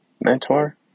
mentor